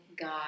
God